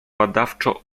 badawczo